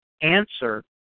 answer